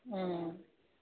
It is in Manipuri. ꯎꯝ